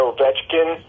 Ovechkin